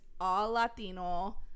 all-Latino